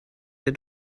der